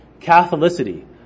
Catholicity